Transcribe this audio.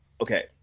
okay